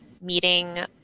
meeting